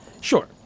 Sure